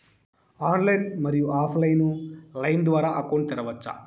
Online, మరియు offline line ద్వారా account తెరవచ్చా?